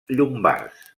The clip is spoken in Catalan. llombards